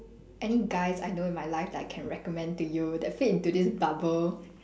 any guys I know in my life that I can recommend to you that fit into this double